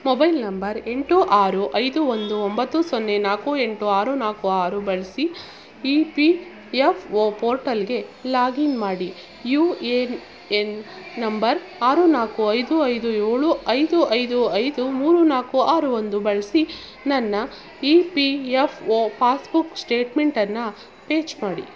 mobile number ಎಂಟು ಆರು ಐದು ಒಂದು ಒಂಬತ್ತು ಸೊನ್ನೆ ನಾಲ್ಕು ಎಂಟು ಆರು ನಾಲ್ಕು ಆರು ಬಳಸಿ ಇ ಪಿ ಎಫ್ ಓ ಪೋರ್ಟಲ್ಗೆ ಲಾಗಿನ್ ಮಾಡಿ ಯು ಎ ಎನ್ ನಂಬರ್ ಆರು ನಾಲ್ಕು ಐದು ಐದು ಏಳು ಐದು ಐದು ಐದು ಮೂರು ನಾಲ್ಕು ಆರು ಒಂದು ಬಳಸಿ ನನ್ನ ಇ ಪಿ ಎಫ್ ಓ ಪಾಸ್ಬುಕ್ ಸ್ಟೇಟ್ಮೆಂಟನ್ನು ಪೇಚ್ ಮಾಡಿ